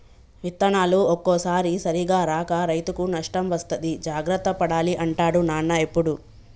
విత్తనాలు ఒక్కోసారి సరిగా రాక రైతుకు నష్టం వస్తది జాగ్రత్త పడాలి అంటాడు నాన్న ఎప్పుడు